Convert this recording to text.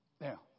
Now